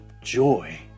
joy